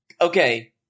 okay